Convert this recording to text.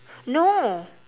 no